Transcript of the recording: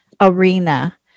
arena